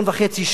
2 מיליון,